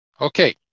Okay